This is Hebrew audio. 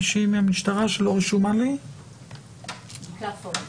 בדברי ההסבר להצעת החוק שעלתה לקריאה ראשונה